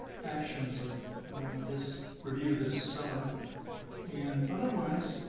actions or this review this summer and otherwise